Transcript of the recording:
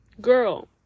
girl